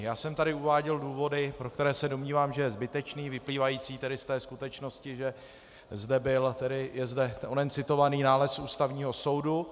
Já jsem tady uváděl důvody, pro které se domnívám, že je zbytečný, vyplývající tedy z té skutečnosti, že zde byl a je zde onen citovaný nález Ústavního soudu.